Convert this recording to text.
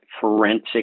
forensic